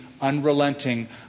unrelenting